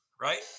right